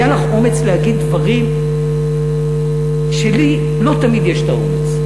היה לך אומץ להגיד דברים שלי לא תמיד יש האומץ.